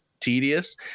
tedious